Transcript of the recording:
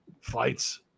Fights